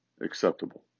acceptable